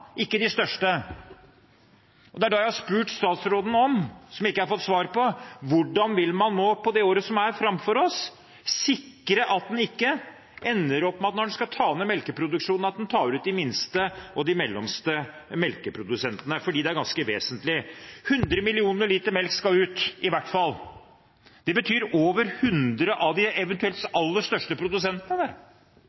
ikke de største. Det er dette jeg har spurt statsråden om, og som jeg ikke har fått svar på: Hvordan vil man i det året som er framfor oss, sikre at en ikke ender opp med at en tar ut de minste og mellomstore melkeprodusentene når en skal ta ned melkeproduksjonen? Dette er ganske vesentlig. 100 millioner liter melk skal ut – i hvert fall. Det betyr over 100 av de eventuelt